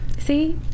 See